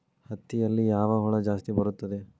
ಹತ್ತಿಯಲ್ಲಿ ಯಾವ ಹುಳ ಜಾಸ್ತಿ ಬರುತ್ತದೆ?